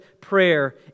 prayer